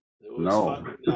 No